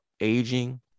aging